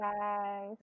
guys